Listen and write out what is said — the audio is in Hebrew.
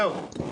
זהו.